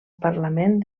parlament